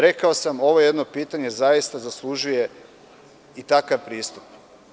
Rekao sam, ovo je jedno pitanje koje zaista zaslužuje takav pristup.